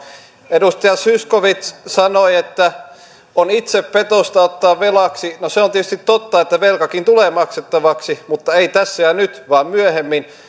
edustaja zyskowicz sanoi että on itsepetosta ottaa velaksi no se on tietysti totta että velkakin tulee maksettavaksi mutta ei tässä ja nyt vaan myöhemmin